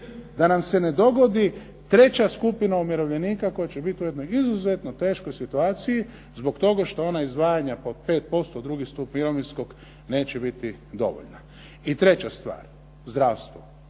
Da nam se ne dogodi treća skupina umirovljenika koja će biti u jednoj izuzetno teškoj situaciji zbog toga što ona izdvajanja po 5% u drugi stup mirovinskog neće biti dovoljna. I treća stvar – zdravstvo.